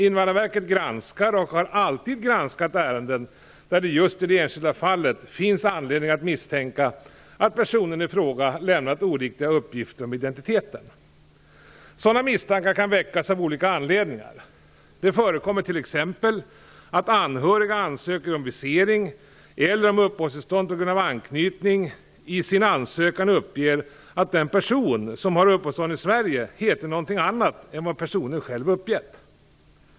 Invandrarverket granskar, och har alltid granskat, ärenden där det just i det enskilda fallet finns anledning att misstänka att personen i fråga lämnat oriktiga uppgifter om identiteten. Sådana misstankar kan väckas av olika anledningar. Det förekommer t.ex. att anhöriga ansöker om visering eller om uppehållstillstånd på grund av anknytning och i sin ansökan uppger att den person som har uppehållstillstånd i Sverige heter någonting annat än vad personen själv har uppgivit.